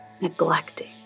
neglecting